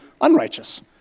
unrighteous